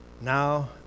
now